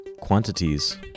Quantities